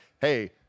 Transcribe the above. hey